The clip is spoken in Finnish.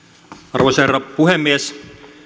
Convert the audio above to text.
arvoisa herra puhemies